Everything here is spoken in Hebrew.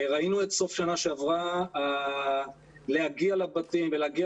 ראינו את סוף שנה שעברה, להגיע לבתים ולהגיע